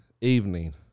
evening